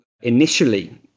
initially